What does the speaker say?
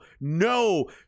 no